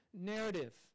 narrative